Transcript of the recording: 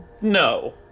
No